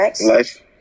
Life